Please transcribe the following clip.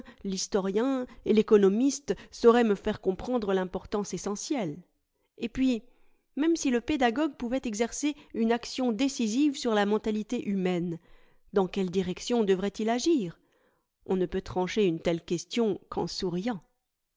l'historien et l'économiste sauraient me faire comprendre l'importance essentielle et puis même si le pédagogue pouvait exercer une action décisive sur la mentalité humaine dans quelle direction devrait-il agir on ne peut trancher une telle question qu'en souriant